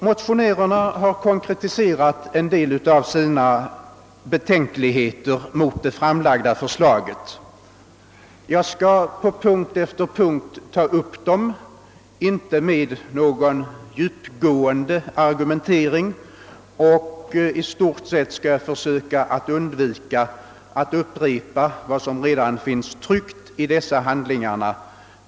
Motionärerna har konkretiserat en del av sina betänkligheter mot det framlagda förslaget. Jag skall här ta upp dem på punkt efter punkt men utan någon djupgående argumentering. Jag skall också försöka att undvika att upp repa vad som redan finns skrivet i de tryckta handlingarna.